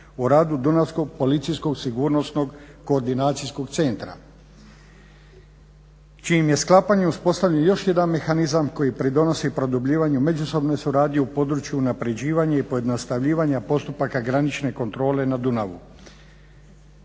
u radu Dunavskog policijsko-sigurnosno koordinacijskog centra čijim je sklapanjem uspostavljen još jedan mehanizam koji pridonosi produbljivanju međusobne suradnje u području unapređivanja i pojednostavljivanja postupaka granične kontrole na Dunavu.